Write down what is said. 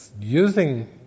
using